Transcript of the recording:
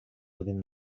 within